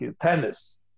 tennis